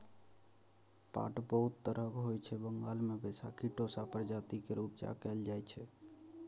पाट बहुत तरहक होइ छै बंगाल मे बैशाखी टोसा प्रजाति केर उपजा कएल जाइ छै